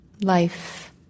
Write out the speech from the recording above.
life